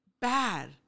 bad